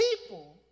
people